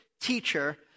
teacher